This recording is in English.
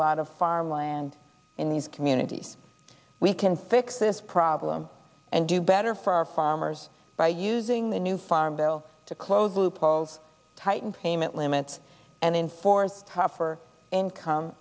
lot of farmland in these communities we can fix this problem and do better for our farmers by using the new farm bill to close loopholes tighten payment limits and enforce tougher income